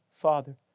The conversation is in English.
father